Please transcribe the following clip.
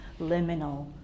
liminal